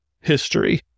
history